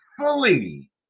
fully